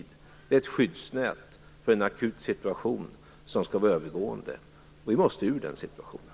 Det är ett skyddsnät för en akut situation som skall vara övergående. Vi måste komma ur den situationen.